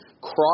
cross